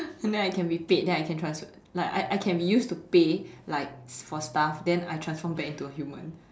so then I can be paid then I can transform like I I can be used to pay like for stuff then I transform back into a human